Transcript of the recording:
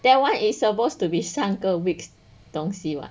that one is supposed to be 上个 week 东西 [what]